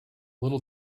little